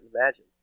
imagine